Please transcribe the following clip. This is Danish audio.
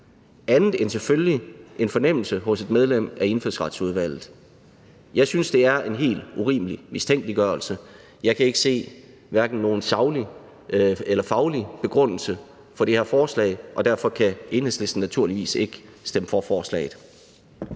andet end selvfølgelig en fornemmelse hos et medlem af Indfødsretsudvalget? Jeg synes, det er en helt urimelig mistænkeliggørelse. Jeg kan hverken se nogen saglig eller faglig begrundelse for det her forslag, og derfor kan Enhedslisten naturligvis ikke stemme for forslaget.